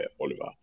Oliver